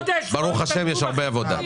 למעלה מחודש לא --- ברוך השם יש הרבה עבודה.